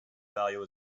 value